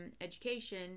education